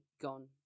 gone